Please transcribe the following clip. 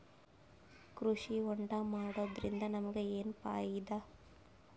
ಕೃಷಿ ಹೋಂಡಾ ಮಾಡೋದ್ರಿಂದ ನಮಗ ಏನ್ ಫಾಯಿದಾ?